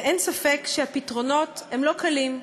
ואין ספק שהפתרונות לא קלים.